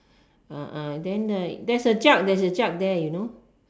uh uh then like there's a jug there's a jug there you know